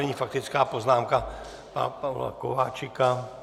Nyní faktická poznámka pana Pavla Kováčika.